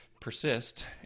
persist